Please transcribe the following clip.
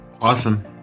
awesome